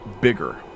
bigger